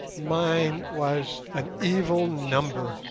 mine was an evil number